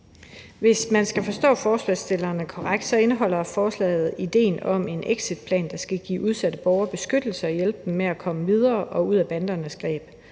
Hvis man skal forstå forslagsstillerne korrekt, indeholder forslaget idéen om en exitplan, der skal give udsatte borgere beskyttelse og hjælpe dem med at komme videre og ud af bandernes greb.